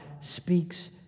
speaks